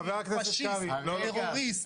"פשיסט", "טרוריסט".